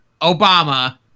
Obama